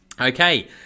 Okay